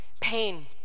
pain